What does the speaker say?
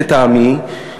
לטעמי,